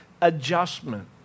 adjustment